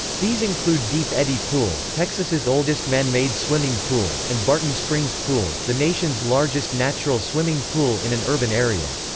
these include deep eddy pool, texas' oldest man-made swimming pool, and barton springs pool, the nation's largest natural swimming pool in an urban area.